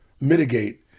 mitigate